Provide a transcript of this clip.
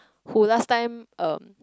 who last time um